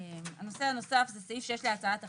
הנושא הנוסף זה סעיף 6 להצעת החוק.